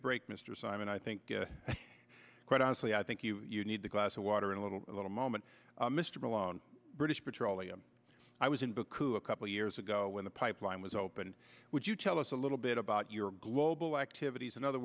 break mr simon i think quite honestly i think you need the glass of water in a little a little moment mr malone british petroleum i was in book two a couple years ago when the pipeline was opened would you tell us a little bit about your global activities and other